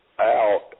out